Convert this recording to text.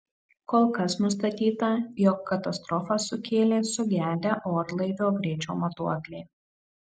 kol kas nustatyta jog katastrofą sukėlė sugedę orlaivio greičio matuokliai